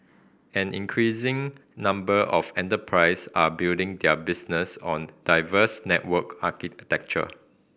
an increasing number of enterprise are building their business on diverse network architecture